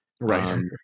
Right